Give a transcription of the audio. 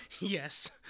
Yes